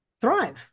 thrive